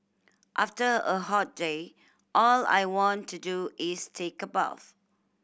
after a hot day all I want to do is take a bath